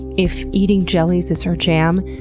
if eating jellies is her jam,